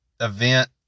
event